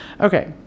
Okay